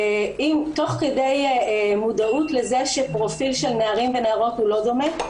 תוך כדי מודעות שפרופיל של נערים ונערות הוא לא דומה,